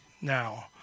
Now